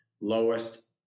lowest